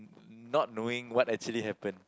not knowing what actually happened